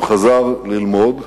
הוא חזר ללמוד,